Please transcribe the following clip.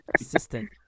Assistant